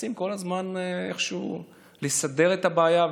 מנסים כל הזמן איכשהו לסדר את הבעיה,